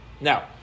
Now